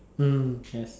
mm have